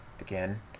again